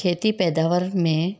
खेती पैदावर में